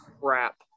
crap